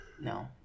No